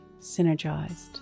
synergized